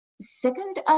Second